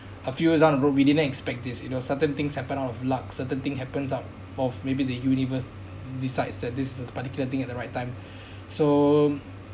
a few years on the road we didn't expect this you know certain things happen out of luck certain thing happens out of maybe the universe decides that this particular thing at the right time so